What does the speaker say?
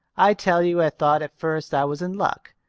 i tell you i thought at first i was in luck.